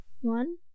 One